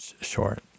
short